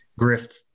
grift